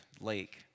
lake